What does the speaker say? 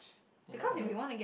they never know